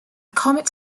comet